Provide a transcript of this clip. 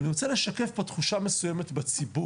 אני רוצה לשקף פה תחושה מסוימת בציבור,